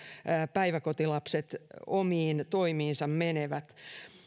päiväkotilapset omiin toimiinsa menevät